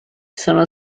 sono